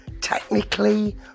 technically